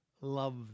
Love